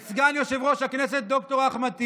את סגן יושב-ראש הכנסת ד"ר אחמד טיבי.